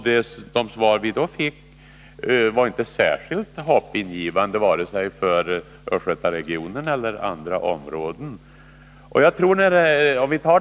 De svar vi då fick var inte särskilt hoppingivande vare sig för Östgötaregionen eller för andra områden.